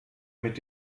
mit